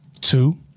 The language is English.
Two